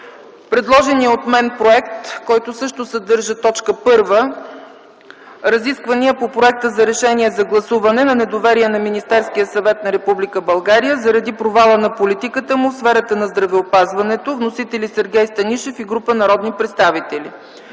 Предложеният от мен проект също съдържа: - Точка 1 - Разисквания по Проекта за решение за гласуване на недоверие на Министерския съвет на Република България заради провала на политиката му в сферата на здравеопазването. Вносители: Сергей Станишев и група народни представители;